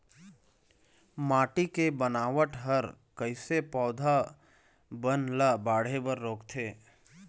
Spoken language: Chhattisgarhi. माटी के बनावट हर कइसे पौधा बन ला बाढ़े बर रोकथे?